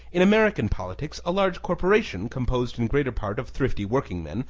in american politics, a large corporation composed in greater part of thrifty working men,